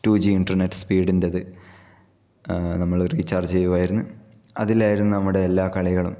to G internet സ്പീഡിന്റത് നമ്മളൊരു recharge ചെയ്യുവായിരുന്നു അതിലായിരുന്നു നമ്മുടെ എല്ലാ കളികളും